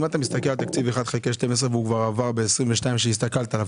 אם אתה מסתכל על תקציב 1 חלקי 12 והוא כבר עבר ב-2022 כשהסתכלת עליו,